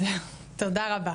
תודה רבה.